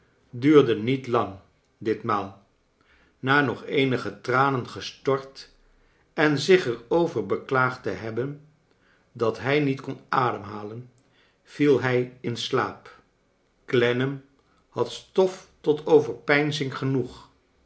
duurde niet lang ditmaal na nog eenige tranen gestort en zich er over beklaagd te hobben dat hij niet kon ademhalen viel hij in slaap clennam had stof tot ovcrpeinzing genoeg